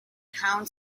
town